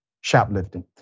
shoplifting